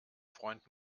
freund